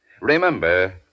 Remember